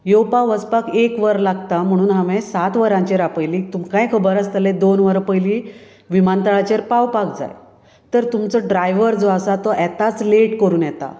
येवपा वचपाक एक वर लागता म्हणून हांवें सात वरांचेर आपयली तुमकांय खबर आसतलें दोन वरां पयली विमानतळाचेर पावपाक जाय तर तुमचो ड्रायवर जो आसा तो येताच लेट करून येता